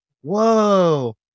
Whoa